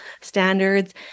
standards